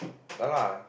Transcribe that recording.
ya lah